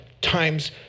times